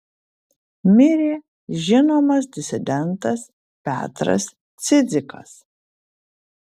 mirė žinomas disidentas petras cidzikas